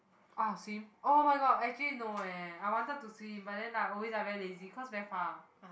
ah swim oh-my-god actually no eh I wanted to swim but then like always like very lazy cause very far